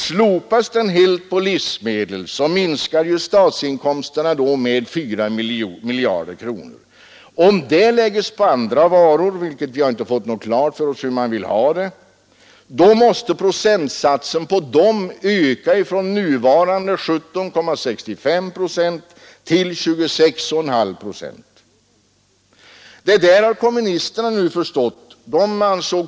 Slopas den helt på livsmedel minskar alltså statsinkomsterna med 4 miljarder. Om det läggs på andra varor — vi har inte fått klart för oss hur man där vill ha det — så måste procentsatsen på de varorna öka från nuvarande 17,65 till 26,5 procent. Detta har kommunisterna nu förstått.